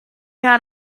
had